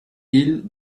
île